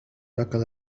ركل